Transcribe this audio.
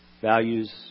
values